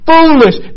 Foolish